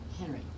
Henry